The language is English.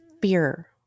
fear